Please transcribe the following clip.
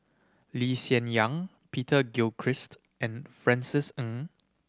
Lee Yang Peter Gilchrist and Francis Ng